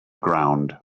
ground